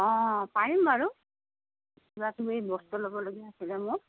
অঁ পাৰিম বাৰু কিবা কিবি বস্তু ল'ব লগীয়া আছিল মোৰ